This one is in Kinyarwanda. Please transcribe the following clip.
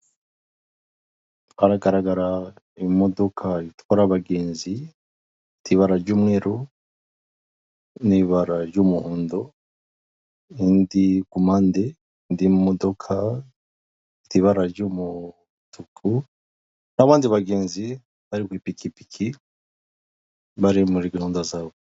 Haragaragara imodoka itwara abagenzi ifite ibara ry'umweru, n'ibara ry'umuhondo, undi ku mpande ndi mu modoka ifite ibara ry'umutuku, n'abandi bagenzi bari ku ipikipiki bari muri gahunda zabo.